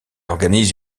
organise